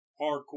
hardcore